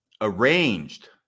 arranged